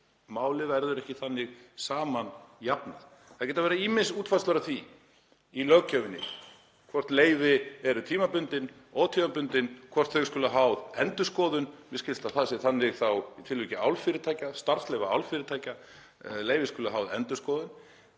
Þessu verður ekki þannig saman jafnað. Það geta verið ýmsar útfærslur á því í löggjöfinni hvort leyfi eru tímabundin eða ótímabundin, hvort þau skuli háð endurskoðun. Mér skilst að það sé þannig í tilviki álfyrirtækja, starfsleyfa álfyrirtækja, að leyfi skuli háð endurskoðun.